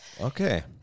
Okay